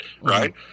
right